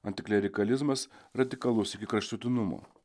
antiklerikalizmas radikalus iki kraštutinumo